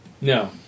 No